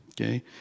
okay